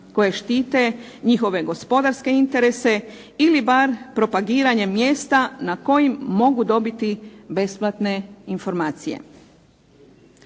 koje štite njihove gospodarske interese ili bar propagiranje mjesta na kojim mogu dobiti besplatne informacije.